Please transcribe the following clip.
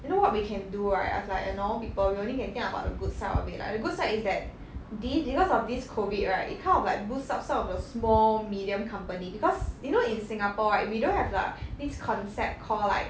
you know what we can do right as like a normal people we only can think about the good side of it lah the good side is that this because of this CPVID right you kind of like boost up some of the small medium company because you know in singapore right we don't have the this concept call like